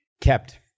kept